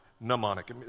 mnemonic